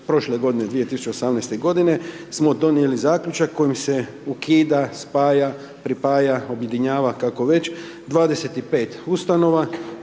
prošle godine 2018. g. smo donijeli zaključak kojim se ukidao, spaja, pripaja, objedinjava kako već, 25 ustanova,